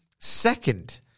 Second